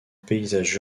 paysages